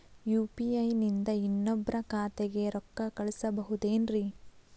UPI ನಿಂದ ಇನ್ನೊಬ್ರ ಖಾತೆಗೆ ರೊಕ್ಕ ಕಳ್ಸಬಹುದೇನ್ರಿ?